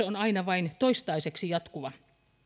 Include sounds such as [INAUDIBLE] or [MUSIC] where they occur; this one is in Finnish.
[UNINTELLIGIBLE] on aina vain toistaiseksi jatkuva